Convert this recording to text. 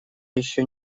ещё